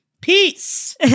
peace